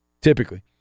typically